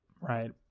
right